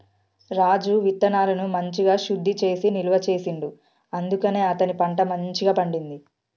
రాజు విత్తనాలను మంచిగ శుద్ధి చేసి నిల్వ చేసిండు అందుకనే అతని పంట మంచిగ పండింది